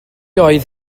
oedd